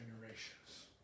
generations